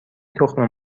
تخم